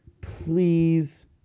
Please